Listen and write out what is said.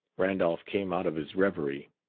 randolph came out of his reverie.